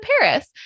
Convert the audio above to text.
Paris